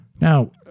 Now